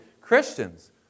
Christians